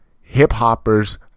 Hip-hoppers